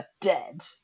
dead